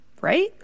right